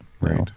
right